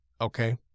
okay